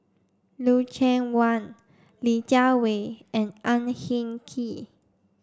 Lucien Wang Li Jiawei and Ang Hin Kee